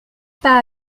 pas